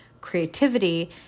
creativity